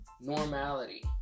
normality